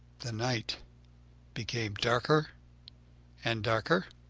the night became darker and darker.